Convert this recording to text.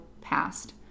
passed